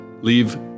leave